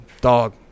Dog